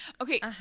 okay